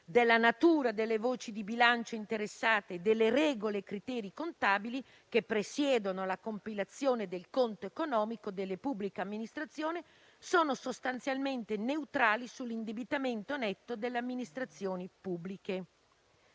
della natura delle voci di bilancio interessate, delle regole e dei criteri contabili che presiedono alla compilazione del conto economico delle pubbliche amministrazioni, sono sostanzialmente neutrali sull'indebitamento netto delle amministrazioni pubbliche.